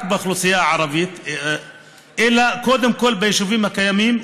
באוכלוסייה הערבית אלא קודם כול ביישובים הקיימים,